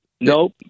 nope